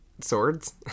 swords